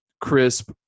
crisp